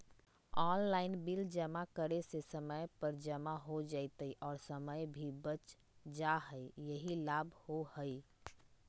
Online bill जमा करे से समय पर जमा हो जतई और समय भी बच जाहई यही लाभ होहई?